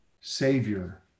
savior